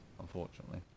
unfortunately